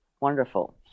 wonderful